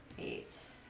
eighths,